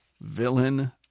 villain